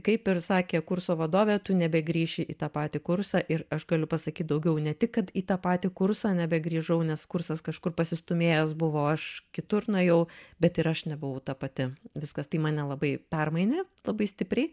kaip ir sakė kurso vadovė tu nebegrįši į tą patį kursą ir aš galiu pasakyt daugiau ne tik kad į tą patį kursą nebegrįžau nes kursas kažkur pasistūmėjęs buvo aš kitur nuėjau bet ir aš nebuvau ta pati viskas tai mane labai permainė labai stipriai